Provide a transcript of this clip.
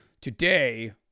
today